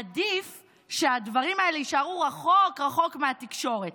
עדיף שהדברים האלה יישארו רחוק רחוק מהתקשורת.